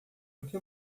porque